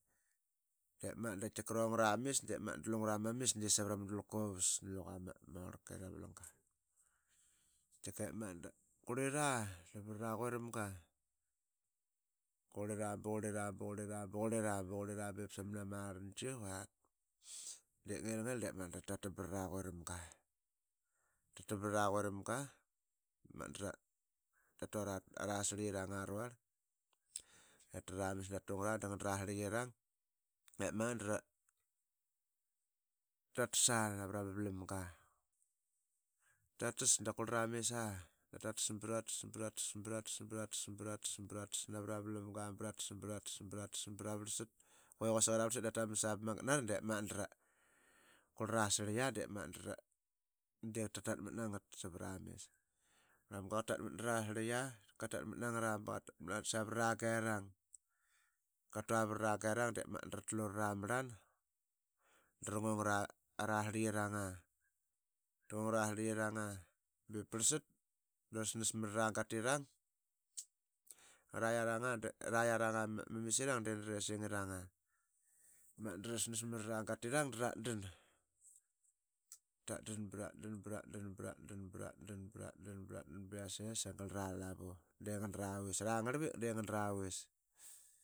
Dep magat da qaitika rong aramis de savrama dulka uvas nluqa ama orlka ilira ravlanga. Bep magat da qurlira duqat ara quiramga. qurlira. baqurlira. baqurlira. baqurlira bep samnamarlangi que diip ngilngil. Dep magat tratatambt tatatam baraquiramga de magat dratu ara sirlkiranga ruarl. Tatrara mis drattungra dnganara sirlkirang dratasa navrama vlamga. Tats da qurliaramisa da tats bratas. bratas. bratas. bratas. bratas. bratas. bratas navrama vlamga. bratas. bratas bravarlsat. Que quasik i ravrlsat da ta mas aa ba magat nara. qurliara sirlik ya diip tatatmat nangat svaramis. Ama ngarlanamga qatatmat narasirlik ya bsavrarangerang. Qatua vrara gerang dratlu raramrlandrangung ara sirlitiranga. tngung arasirlikiranga be prlsat drasnas mrara gaturang. Araiyaranga. ariyaranga ma misirang de nara esingirang drasnas mrara gatirang dratdan. Tatdan bratdan. bratdan. bratdan. bratdan. bratdan. bratdan. bratdan. bratdan glara vis de nganara ngarlvik.